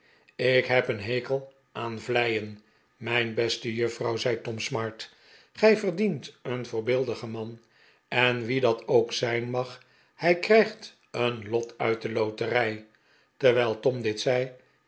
ik heb een hekel aan vleien mijn beste juffrouw zei tom smart gij verdient een voorbeeldigen man en wie dat ook zijn mag hij krijgt een lot uit de loterij terwijl tom dit zei